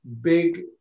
big